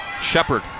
Shepard